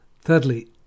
Thirdly